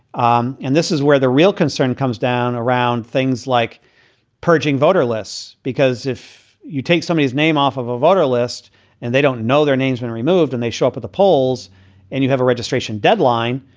um and this is where the real concern comes down around things like purging voter lists, because if you take someone's name off of a voter list and they don't know their names been removed and they show up at the polls and you have a registration deadline,